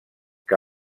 que